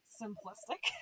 simplistic